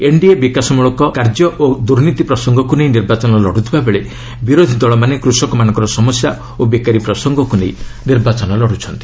NDA ବିକାଶ କଲ୍ୟାଶମୂଳକ କାର୍ଯ୍ୟ ଓ ଦୁର୍ନୀତି ପ୍ରସଙ୍ଗକୁ ନେଇ ନିର୍ବାଚନ ଲଢ଼ୁଥିବା ବେଳେ ବିରୋଧୀଦଳ ମାନେ କୃଷକମାନଙ୍କର ସମସ୍ୟା ଓ ବେକାରୀ ପ୍ରସଙ୍ଗକୁ ନେଇ ନିର୍ବାଚନ ଲଢୁଛନ୍ତି